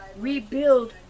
rebuild